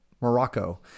Morocco